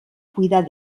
cuidar